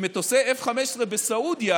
שמטוסי F-15 בסעודיה